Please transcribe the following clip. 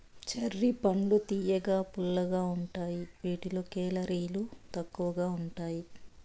cherry పండ్లు తియ్యగా, పుల్లగా ఉంటాయి వీటిలో కేలరీలు తక్కువగా ఉంటాయి